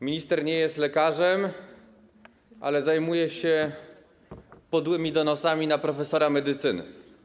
Minister nie jest lekarzem, ale zajmuje się podłymi donosami na profesora medycyny.